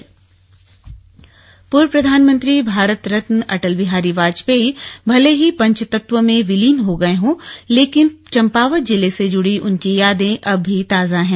अटल जी यादें पूर्व प्रधानमंत्री भारत रत्न अटल बिहारी वाजपेयी भले ही पंचतत्व में विलीन हो गए हों लेकिन चम्पावत जिले से जुड़ी उनकी यादें अब भी ताजा हैं